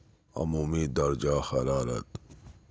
عمومی درجہ حرارت